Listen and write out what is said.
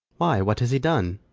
why, what has he done?